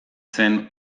zen